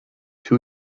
two